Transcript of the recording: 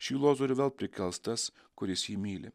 šį lozorių vėl prikels tas kuris jį myli